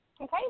Okay